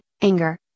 anger